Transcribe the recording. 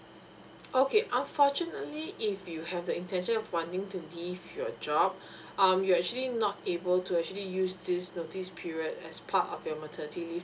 okay unfortunately if you have the intention of wanting to leave your a job um you actually not able to actually use this notice period as part of your maternity leave